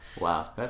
Wow